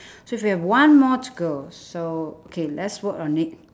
so we have one more to go so K let's work on it